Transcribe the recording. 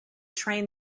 train